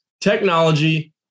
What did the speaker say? technology